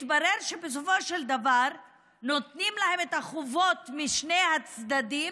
התברר שבסופו של דבר נותנים להן את החובות משני מהצדדים,